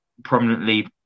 prominently